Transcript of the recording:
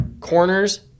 corners